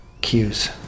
cues